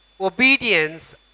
Obedience